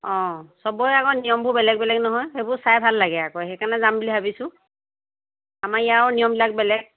অঁ চবৰে আকৌ নিয়মবোৰ বেলেগ বেলেগ নহয় সেইবোৰ চাই ভাল লাগে আকৌ সেইকাৰণে যাম বুলি ভাবিছোঁ আমাৰ ইয়াৰও নিয়মবিলাক বেলেগ